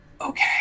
okay